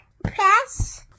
press